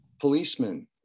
policemen